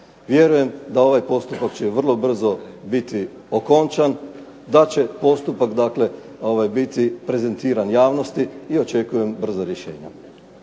Vjerujem da ovaj postupak će vrlo brzo biti okončan, da će postupak dakle biti prezentiran javnosti i očekujem brza rješenja.